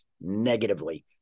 negatively